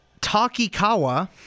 Takikawa